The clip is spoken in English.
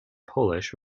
polish